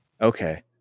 Okay